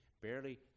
barely